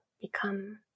become